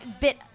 bit